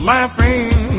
Laughing